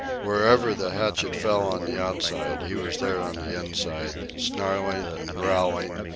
wherever the hatchet fell on the outside, he was there on the inside, snarling and growling,